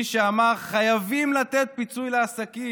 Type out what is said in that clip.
מי שאמר: חייבים לתת פיצוי לעסקים,